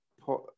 put